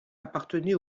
appartenait